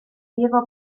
diego